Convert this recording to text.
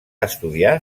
estudiar